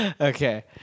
Okay